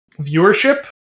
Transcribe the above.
viewership